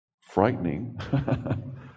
frightening